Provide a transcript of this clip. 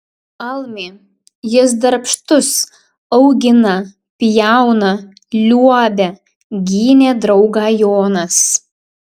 almi jis darbštus augina pjauna liuobia gynė draugą jonas